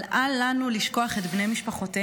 אבל אל לנו לשכוח את בני משפחותיהם,